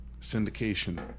syndication